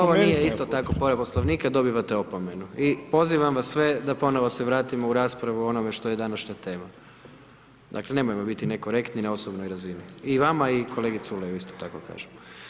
Ovo nije isto tako povreda Poslovnika, dobivate opomenu i pozivam vas sve da ponovo se vratimo u raspravu o onome što je današnja tema, dakle, nemojmo biti nekorektni na osobnoj razini, i vama i kolegi Culeju isto tako kažem.